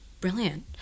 Brilliant